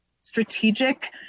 strategic